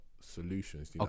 solutions